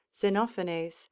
Xenophanes